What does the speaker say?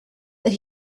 that